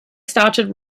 started